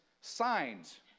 signs